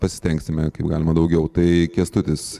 pasistengsime kaip galima daugiau tai kęstutis